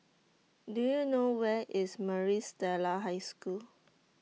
Do YOU know Where IS Maris Stella High School